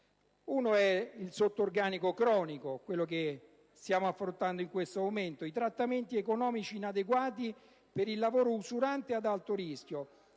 il sottorganico cronico, quello che stiamo affrontando in questo momento; i trattamenti economici inadeguati per il lavoro usurante e ad alto rischio;